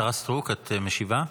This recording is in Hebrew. השרה סטרוק, את משיבה?